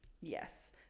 yes